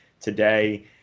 today